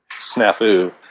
snafu